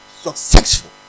successful